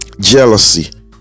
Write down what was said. jealousy